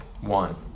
one